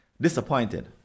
disappointed